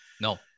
No